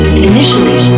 Initially